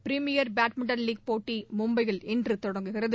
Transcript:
premier badminton league போட்டி மும்பையில் இன்று தொடங்குகிறது